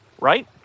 right